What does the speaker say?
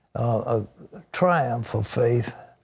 a triumph of faith.